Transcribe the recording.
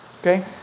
Okay